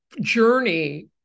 journey